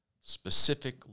specific